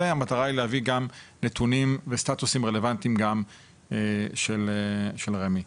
והמטרה היא להביא גם נתונים וסטטוסים רלוונטיים גם של רמ"י.